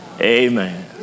Amen